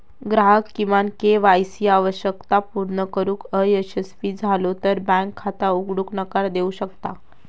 ग्राहक किमान KY C आवश्यकता पूर्ण करुक अयशस्वी झालो तर बँक खाता उघडूक नकार देऊ शकता